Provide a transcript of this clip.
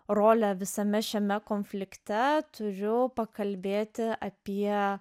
rolę visame šiame konflikte turiu pakalbėti apie